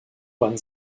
bahn